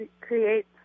create